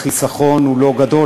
החיסכון הוא לא גדול,